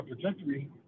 trajectory